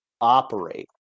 operate